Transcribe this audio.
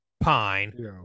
pine